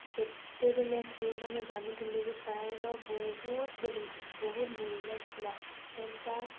ସେତେବେଲେ ସେମାନେ ଜାନୁଥିଲେ ଯେ ପାଏନ୍ର ବହୁତ୍ ବହୁତ୍ ମୂଲ୍ୟ ଥିଲା ସେନ୍ତା